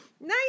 nice